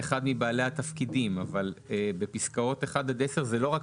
אחד מבעלי התפקידים אבל בפסקאות (1) עד (10) זה לא רק